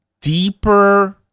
deeper